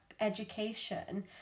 education